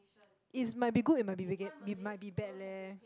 it's might be good it might be get might be bad leh